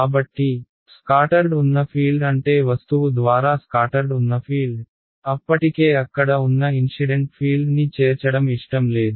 కాబట్టి స్కాటర్డ్ ఉన్న ఫీల్డ్ అంటే వస్తువు ద్వారా స్కాటర్డ్ ఉన్న ఫీల్డ్ అప్పటికే అక్కడ ఉన్న ఇన్షిడెంట్ ఫీల్డ్ని చేర్చడం ఇష్టం లేదు